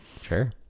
Sure